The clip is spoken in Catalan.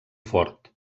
fort